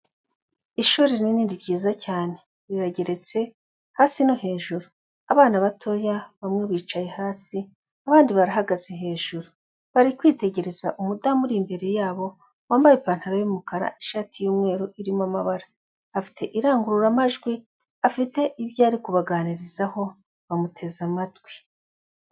Ishuri rinini ryiza cyane. Rirageretse hasi no hejuru. Abana batoya bamwe bicaye hasi, abandi barahagaze hejuru. Bari kwitegereza umudamu uri imbere yabo wambaye ipantaro y'umukara, ishati y'umweru irimo amabara. Afite irangururamajwi, afite ibyo ari kubaganirizaho, bamuteze amatwi.